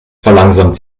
verlangsamt